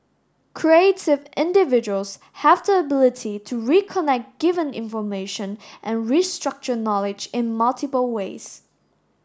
creative individuals have the ability to reconnect given information and restructure knowledge in multiple ways